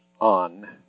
on